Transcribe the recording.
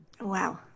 Wow